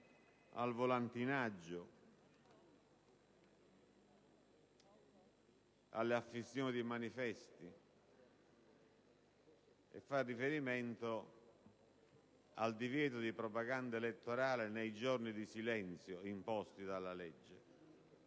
al volantinaggio, all'affissione di manifesti e al divieto di propaganda elettorale nei giorni di silenzio imposti dalla legge.